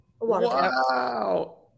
Wow